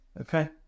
Okay